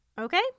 okay